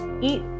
Eat